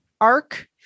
arc